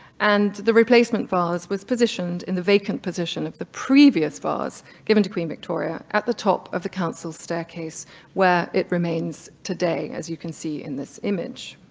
and the replacement vase was positioned in the vacant position of the previous vase given to queen victoria at the top of the counsel staircase where it remains today, as you can see in this image.